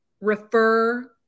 refer